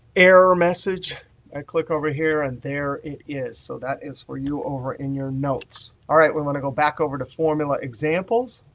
error message. i click over here and there is. so that is for you over in your notes. all right, we want to go back over to formula examples.